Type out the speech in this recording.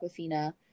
Aquafina